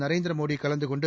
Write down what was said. நரேந்திர மோடி கலந்து கொண்டு